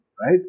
right